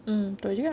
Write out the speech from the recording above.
mm betul juga